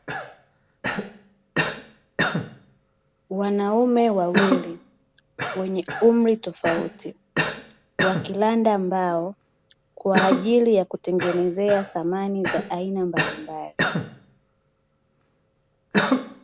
Wanaume wawili wenye umri tofauti wakiranda mbao kwaajili ya kutengenezea samani za aina mbalimbali.